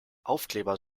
aufkleber